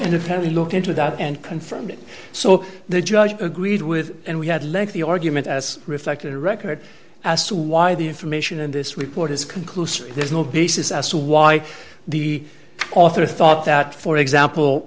family looked into that and confirmed it so the judge agreed with and we had lengthy argument as reflected a record as to why the information in this report is conclusive there's no basis as to why the author thought that for example